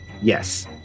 Yes